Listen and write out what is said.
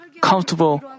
comfortable